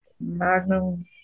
Magnum